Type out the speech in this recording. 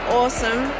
awesome